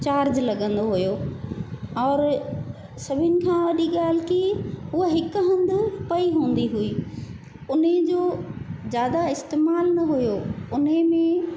charge लॻंदो हुयो और सभिनि खां वॾी ॻाल्हि की हूअ हिकु हूंदो पई हूंदी हुई उन्हीअ जो जादा इस्तेमालु न हुयो उन्हीअ में